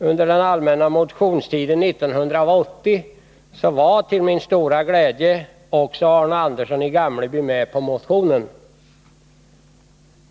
Under den allmänna motionstiden 1980 var, till min stora glädje, även Arne Andersson i Gamleby med på motionen.